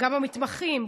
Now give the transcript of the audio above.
במתמחים,